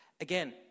Again